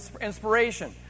inspiration